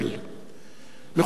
מכובדי השרים,